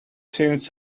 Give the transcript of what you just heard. since